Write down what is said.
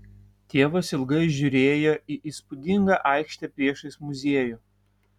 tėvas ilgai žiūrėjo į įspūdingą aikštę priešais muziejų